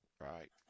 right